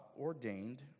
ordained